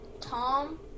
Tom